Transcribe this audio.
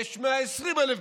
יש 120,000 בדיקות.